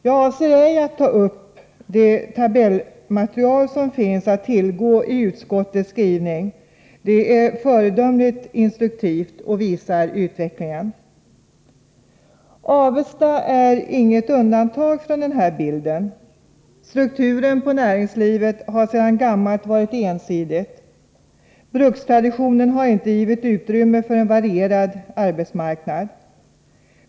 Jag avser ej att ta upp det tabellmaterial som finns att tillgå i utskottets skrivning. Det är föredömligt instruktivt och visar utvecklingen. Avesta är inget undantag från den här bilden. Strukturen på näringslivet har sedan gammalt varit ensidig, brukstraditionen har inte givit utrymme för en varierad arbetsmarknad.